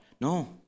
No